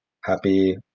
Happy